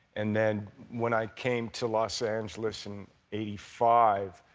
and then when i came to los angeles in eighty five,